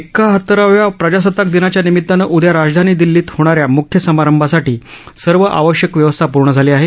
एकहातराव्या प्रजासताक दिनाच्या निमितानं उद्या राजधानी दिल्लीत होणा या म्ख्य समारंभासाठी सर्व आवश्यक व्यवस्था पूर्ण झाली आहे